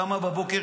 קמה בבוקר,